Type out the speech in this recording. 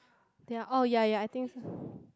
they are all ya ya I think so